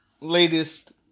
latest